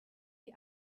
die